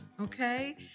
okay